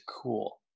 cool